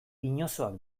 inozoak